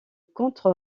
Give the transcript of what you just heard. contre